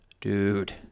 Dude